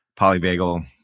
polybagel